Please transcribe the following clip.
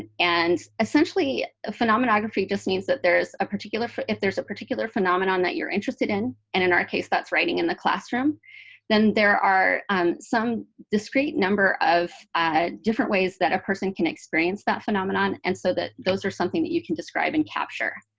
and and essentially, phenomenography just means that there's a particular if there's a particular phenomenon that you're interested in and in our case, that's writing in the classroom then there are um some discrete number of different ways that a person can experience that phenomenon. and so those are something that you can describe and capture.